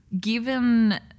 Given